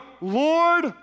lord